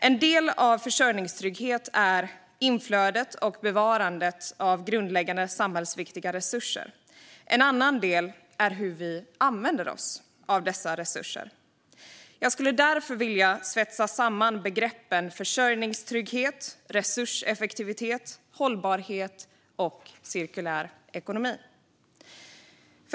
En del av försörjningstrygghet handlar om inflödet och bevarandet av grundläggande samhällsviktiga resurser, och en annan del är hur vi använder oss av dessa resurser. Jag skulle därför vilja svetsa samman begreppen försörjningstrygghet, resurseffektivitet, hållbarhet och cirkulär ekonomi.